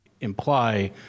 ...imply